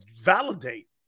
validate